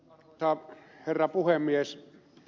arvoisa herra puhemies